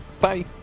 Bye